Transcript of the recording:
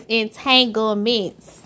entanglements